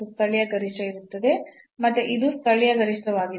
ಸ್ಥಳೀಯ ಗರಿಷ್ಠ ಇರುತ್ತದೆ ಮತ್ತೆ ಇದು ಸ್ಥಳೀಯ ಗರಿಷ್ಠವಾಗಿದೆ